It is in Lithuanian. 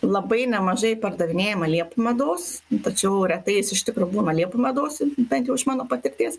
labai nemažai pardavinėjama liepų medaus tačiau retai jis iš tikrųjų būna liepų medus bent jau už mano patirties